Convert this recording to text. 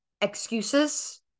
excuses